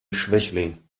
schwächling